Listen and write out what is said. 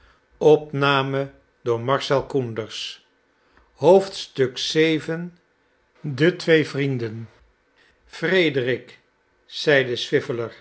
de twee vrienden frederik zeide